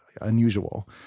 unusual